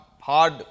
hard